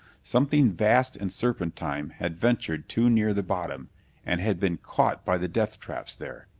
something vast and serpentine had ventured too near the bottom and had been caught by the death traps there!